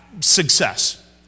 success